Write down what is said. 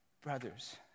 Brothers